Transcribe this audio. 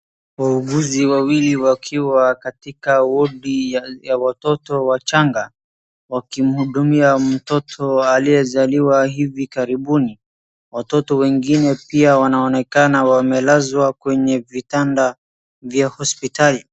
Wauguzi wawili wakiwa katika wodi ya watoto wachanga, wakimhudumia mtoto aliyezaliwa hivi karibuni. Watoto wengine wanaonekana pia wamelazwa kwenye vitanda vya hospitali.